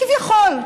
כביכול,